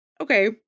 okay